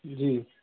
जी